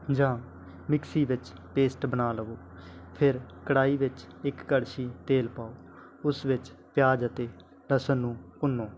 ਜਾਂ ਮਿਕਸੀ ਵਿੱਚ ਪੇਸਟ ਬਣਾ ਲਵੋ ਫਿਰ ਕੜਾਹੀ ਵਿੱਚ ਇਕ ਕੜਛੀ ਤੇਲ ਪਾਓ ਉਸ ਵਿੱਚ ਪਿਆਜ ਅਤੇ ਲਸਣ ਨੂੰ ਭੁੰਨੋ